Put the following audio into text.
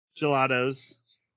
gelatos